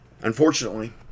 unfortunately